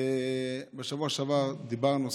בשבוע שעבר דיברנו,